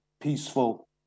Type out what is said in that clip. peaceful